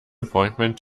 appointment